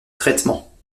traitement